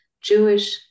Jewish